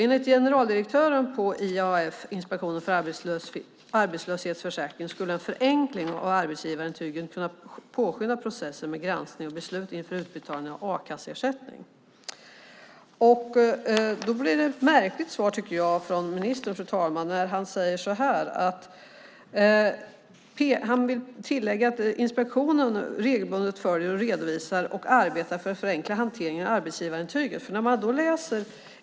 Enligt generaldirektören på IAF, Inspektionen för arbetslöshetsförsäkringen, skulle en förenkling av arbetsgivarintygen kunna påskynda processen med granskning och beslut inför utbetalning av a-kasseersättning. Då blir det ett märkligt svar, tycker jag, från ministern, fru talman, när han vill tillägga att inspektionen regelbundet följer arbetet, redovisar och arbetar för att förenkla hanteringen av arbetsgivarintyget.